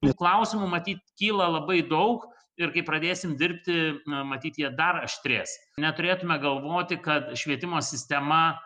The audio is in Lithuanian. klausimų matyt kyla labai daug ir kai pradėsim dirbti na matyt jie dar aštrės neturėtume galvoti kad švietimo sistema